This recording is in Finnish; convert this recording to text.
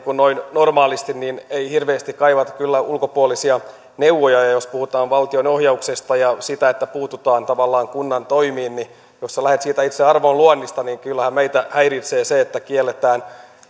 normaalisti ei hirveästi kaivata kyllä ulkopuolisia neuvoja ja jos puhutaan valtion ohjauksesta ja siitä että puututaan tavallaan kunnan toimiin niin jos sinä lähdet siitä itse arvonluonnista niin kyllähän meitä häiritsee se että kielletään